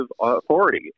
authority